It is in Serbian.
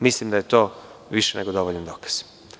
Mislim da je to više nego dovoljan dokaz.